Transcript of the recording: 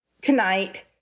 tonight